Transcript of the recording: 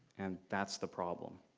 and that's the problem.